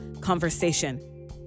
conversation